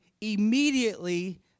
immediately